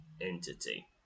entity